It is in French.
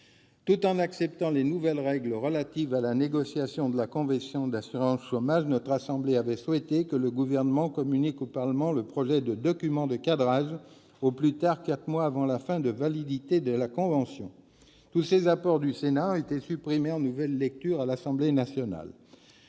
Tout en acceptant les nouvelles règles relatives à la négociation de la convention d'assurance chômage, notre assemblée avait souhaité que le Gouvernement communique au Parlement le projet de document de cadrage au plus tard quatre mois avant la fin de validité de la convention. Tous ces apports du Sénat ont été supprimés en nouvelle lecture à l'Assemblée nationale.